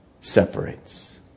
separates